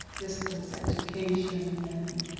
distance education, and